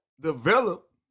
develop